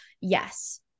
Yes